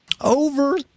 over